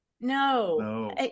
No